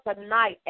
tonight